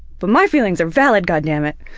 but my feelings are valid, goddammit.